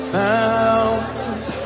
mountains